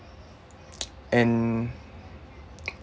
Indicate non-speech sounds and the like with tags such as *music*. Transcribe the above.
*noise* and